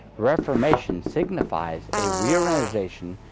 reformation signifies a reorganization,